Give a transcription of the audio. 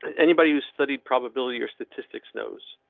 anybody who studied probability or statistics knows?